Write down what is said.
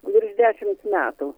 virš dešimt metų